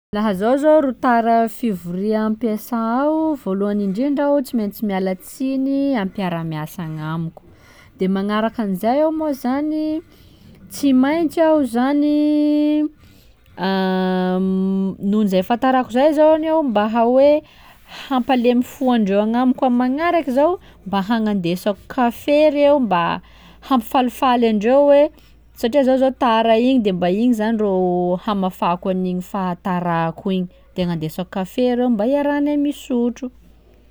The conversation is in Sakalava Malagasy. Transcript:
Laha zaho zô ro tara fivoria am-piasà ao: vôlohany indrindra aho tsy maintsy miala tsiny amy mpiara-miasa agnamiko, de magnaraka an'izay aho moa zany tsy maintsy aho zany noho izay fahatarako izay any aho mba ha- oe hampalemy fo andreo agnamiko amin'ny magnaraky zao mba hagnandesako kafe reo mba hampifalifaly andreo hoe satria zaho zô tara igny de mba igny zany ndro mba hamafako an'igny fahatarako igny de mba agnandesako reo mba hiarahanay misotro.